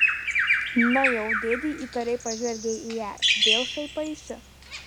na jau dėdė įtariai pažvelgė į ją vėl šaipaisi